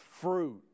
fruit